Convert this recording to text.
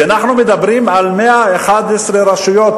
כשאנחנו מדברים על 111 רשויות,